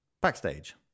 backstage